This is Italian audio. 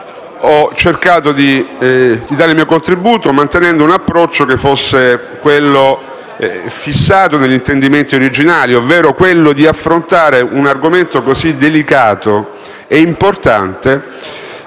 ho cercato di dare il mio contributo mantenendo un approccio che fosse quello fissato negli intendimenti originali, ovvero quello di affrontare un argomento così delicato e importante